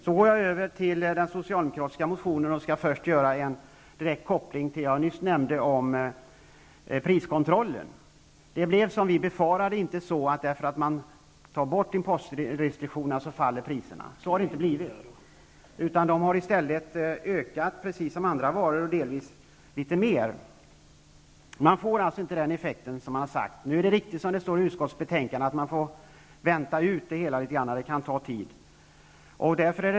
Jag går nu över till den socialdemokratiska motionen och gör först en direkt koppling till det som jag nyss nämnde, nämligen priskontrollen. Det blev inte så, precis som vi befarade, att priserna sjönk i och med att importrestriktionerna togs bort. Priserna på dessa varor har i stället stigit precis som priserna på andra varor -- delvis litet mer. Man får alltså inte uttalad effekt. Det är riktigt som det står i utskottets betänkande att man får vänta ut det hela något, eftersom det kan ta tid.